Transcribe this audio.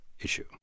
issue